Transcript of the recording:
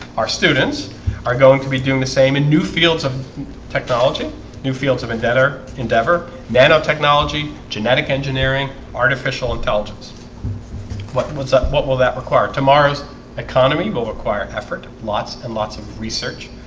our students are going to be doing the same in new fields of technology new fields of indenter endeavor nanotechnology genetic and artificial intelligence what but what so what will that require tomorrow's economy will require effort lots and lots of research